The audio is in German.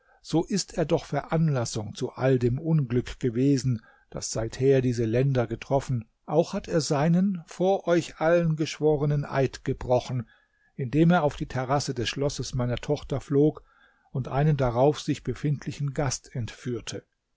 so ist er doch veranlassung zu all dem unglück gewesen das seither diese länder getroffen auch hat er seinen vor euch allen geschworenen eid gebrochen indem er auf die terrasse des schlosses meiner tochter flog und einen darauf sich befindlichen gast entführte